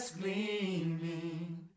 gleaming